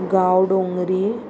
गांव डोंगरी